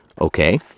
okay